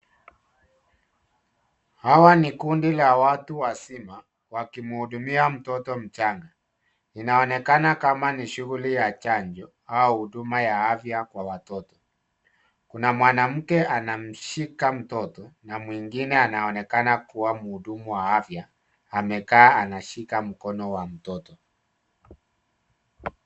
Hawa ni kundi la watu wazima wakimuhudumia mtoto mchanga. Inaonekana kama ni shughuli ya chanjo au huduma ya afya kwa watoto. Kuna mwanamke anamshika mtoto na mwingine anaonekana kuwa mhudumu wa afya amekaa anashika mkono wa mtoto.